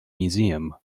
museum